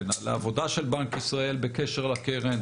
בנהלי העבודה של בנק ישראל בקשר לקרן.